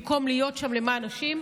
במקום להיות שם למען נשים,